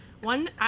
one